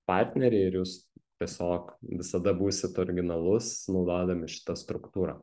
partneriai ir jūs tiesiog visada būsit originalus naudodami šitą struktūrą